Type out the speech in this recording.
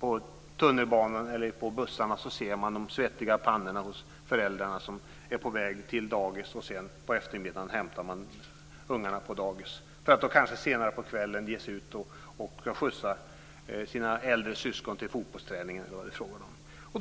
på tunnelbanan eller bussarna och ser de svettiga pannorna hos föräldrarna som är på väg till dagis och som på eftermiddagen hämtar ungarna, för att senare på kvällen kanske skjutsa äldre syskon till fotbollsträning eller vad det är fråga om.